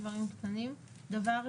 אנחנו מקפיצים בצורה משמעותית את ה-disregard.